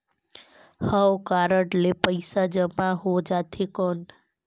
हव कारड ले पइसा जमा हो जाथे कौन?